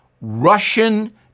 Russian